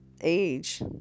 age